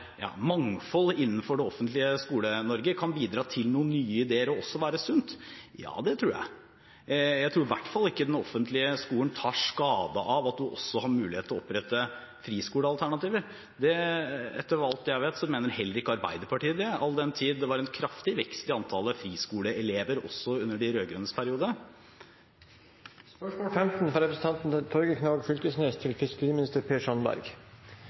mangfold innenfor det offentlige Skole-Norge, kan bidra til noen nye ideer og også være sunt? Ja, det tror jeg. Jeg tror i hvert fall ikke den offentlige skolen tar skade av at man også har mulighet til å opprette friskolealternativer. Etter hva jeg vet, så mener heller ikke Arbeiderpartiet det, all den tid det var en kraftig vekst i antallet friskoleelever også under de rød-grønnes periode.